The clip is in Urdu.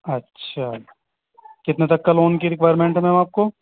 اچھا کتنے تک کا لون کی رکوائرمنٹ ہے میم آپ کو